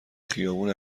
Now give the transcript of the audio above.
خیابون